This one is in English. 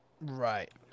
Right